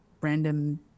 random